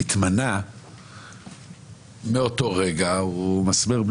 לא 70,